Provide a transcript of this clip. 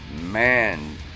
man